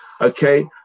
okay